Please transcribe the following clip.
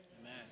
Amen